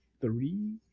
three